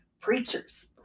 preachers